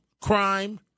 crime